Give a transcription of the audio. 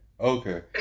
okay